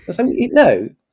No